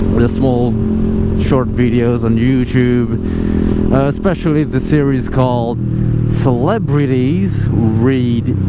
their small short videos on youtube especially the series called celebrities read